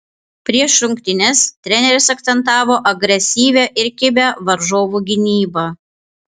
prieš rungtynes treneris akcentavo agresyvią ir kibią varžovų gynybą